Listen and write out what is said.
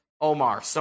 Omar